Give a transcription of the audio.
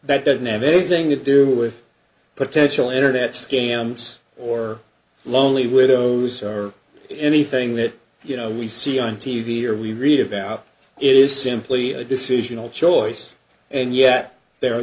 that doesn't have anything to do with potential internet scams or lonely widows or anything that you know we see on t v or we read about is simply a decision of choice and yet there are